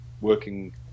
working